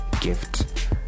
gift